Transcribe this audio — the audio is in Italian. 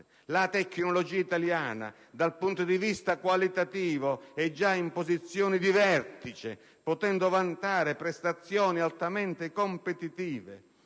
La tecnologia italiana, dal punto di vista qualitativo, è già in posizione di vertice potendo vantare prestazioni altamente competitive.